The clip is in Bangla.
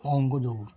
অংক দৌড়